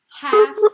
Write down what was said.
half